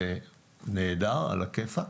זה נהדר, עלא כיפאק,